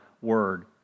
word